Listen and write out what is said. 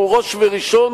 והוא ראש וראשון,